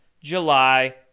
July